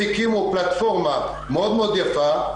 הקימו פלטפורמה מאוד יפה,